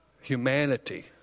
humanity